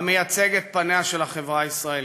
המייצג את פניה של החברה הישראלית.